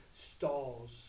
stalls